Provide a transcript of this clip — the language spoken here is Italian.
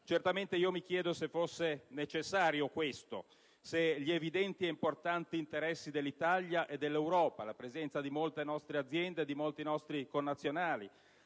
compatrioti. Io mi chiedo se fosse necessario questo: se gli evidenti e importanti interessi dell'Italia e dell'Europa, la presenza di molte nostre aziende e di molti nostri connazionali,